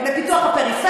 אין כסף לפיתוח הפריפריה,